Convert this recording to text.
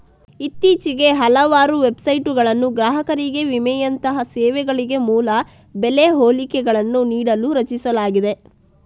ಇತ್ತೀಚೆಗೆ ಹಲವಾರು ವೆಬ್ಸೈಟುಗಳನ್ನು ಗ್ರಾಹಕರಿಗೆ ವಿಮೆಯಂತಹ ಸೇವೆಗಳಿಗೆ ಮೂಲ ಬೆಲೆ ಹೋಲಿಕೆಗಳನ್ನು ನೀಡಲು ರಚಿಸಲಾಗಿದೆ